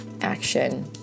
action